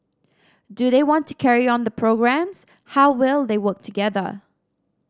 do they want to carry on the programmes how well will they work together